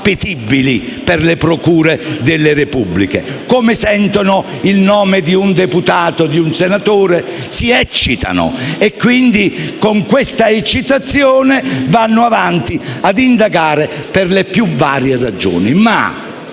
"appetibili" per le procure della Repubblica: come sentono il nome di un deputato o di un senatore si eccitano e quindi con questa eccitazione vanno avanti ad indagare per le più varie ragioni.